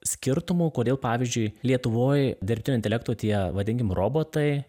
skirtumų kodėl pavyzdžiui lietuvoj dirbtinio intelekto tie vadinkim robotai